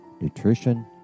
nutrition